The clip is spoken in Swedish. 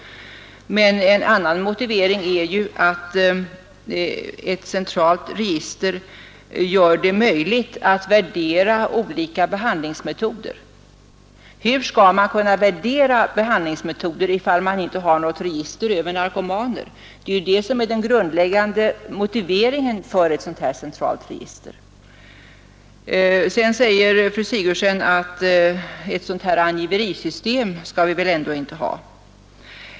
En annan motivering är att ett centralt register gör det möjligt att värdera olika behandlingsmetoder. Hur skall man kunna värdera behandlingsmetoder, ifall man inte har något register över narkomaner? Det är det som är den grundläggande motiveringen för ett sådant centralt register. Sedan säger fru Sigurdsen att ett sådant här angiverisystem skall vi väl ändå inte ha.